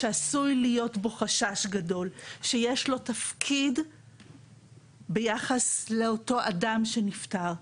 שעשוי להיות בו חשש גדול כי יש לו תפקיד ביחס לאותו אדם שנפטר.